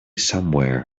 somewhere